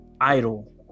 idol